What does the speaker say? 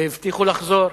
והבטיחו לחזור.